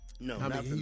No